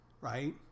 Right